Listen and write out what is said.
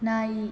ನಾಯಿ